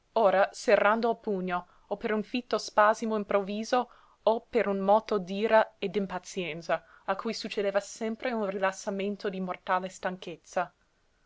ora serrando il pugno o per un fitto spasimo improvviso o per un moto d'ira e d'impazienza a cui succedeva sempre un rilassamento di mortale stanchezza